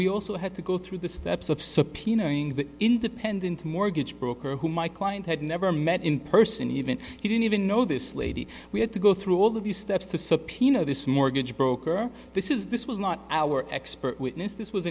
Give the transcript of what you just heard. we also had to go through the steps of subpoenaing the independent mortgage broker who my client had never met in person even he didn't even know this lady we had to go through all of these steps to subpoena this mortgage broker this is this was not our expert witness this was